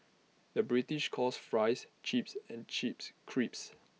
the British calls Fries Chips and Chips Crisps